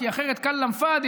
כי אחרת כלאם פאדי,